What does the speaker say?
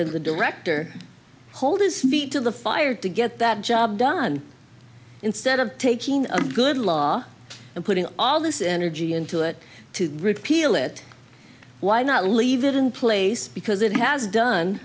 and the director hold his feet to the fire to get that job done instead of taking a good law and putting all this energy into it to repeal it why not leave it in place because it has done